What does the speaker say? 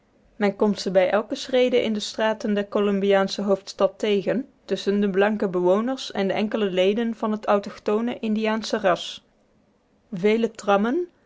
men komt ze bij elke schrede in de straten der columbiasche hoofdstad tegen tusschen de blanke bewoners en de enkele leden van het autochthone indiaansche ras vele trammen